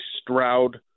Stroud